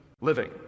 living